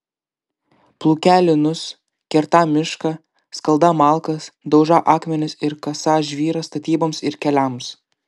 plūkią linus kertą mišką skaldą malkas daužą akmenis ir kasą žvyrą statyboms ir keliams